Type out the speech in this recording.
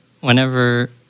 whenever